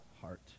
heart